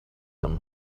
him